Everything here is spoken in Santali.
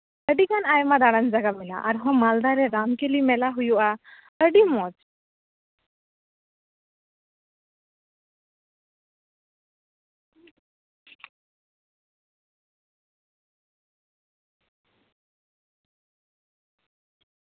ᱟᱹᱰᱤ ᱜᱟᱱ ᱟᱭᱢᱟ ᱫᱟᱬᱟᱱ ᱡᱟᱭᱜᱟ ᱢᱮᱱᱟᱜᱼᱟ ᱟᱨᱦᱚᱸ ᱢᱟᱞᱫᱟ ᱨᱮ ᱨᱟᱝᱠᱤᱱᱤ ᱢᱮᱞᱟ ᱦᱩᱭᱩᱜᱼᱟ ᱟᱹᱰᱤ ᱢᱚᱡᱽ